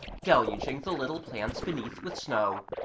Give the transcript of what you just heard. deluging the little plants beneath with snow.